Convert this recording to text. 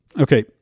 Okay